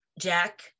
Jack